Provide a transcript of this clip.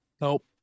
Nope